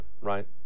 right